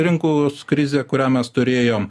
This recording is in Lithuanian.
rinkos krizę kurią mes turėjom